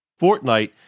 Fortnite